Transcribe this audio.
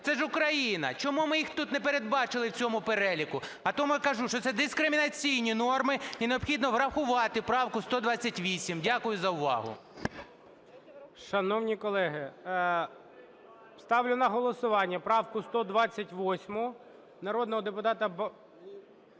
це ж Україна? Чому ми їх тут не передбачили в цьому переліку? А тому, я кажу, що це дискримінаційні норми і необхідно врахувати правку 128. Дякую за увагу.